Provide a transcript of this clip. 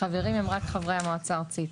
החברים הם רק חברי המועצה הארצית.